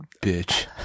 bitch